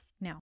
Now